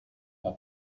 herr